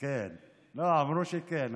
אמרו שכן.